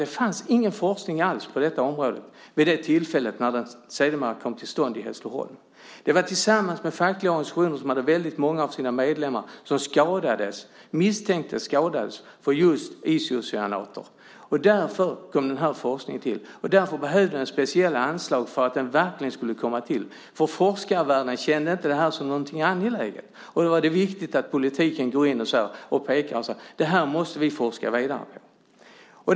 Det fanns ingen forskning alls på detta område vid det tillfälle när den sedermera kom till stånd i Hässleholm. Det drevs tillsammans med fackliga organisationer som hade väldigt många medlemmar som man misstänkte skadades av just isocyanater. Därför kom den här forskningen till, och därför behövde den speciella anslag för att den verkligen skulle komma till. Forskarvärlden kände inte det som någon angeläget. Då är det viktigt att politiken går in, pekar och säger: Det här måste vi forska vidare på.